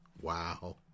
Wow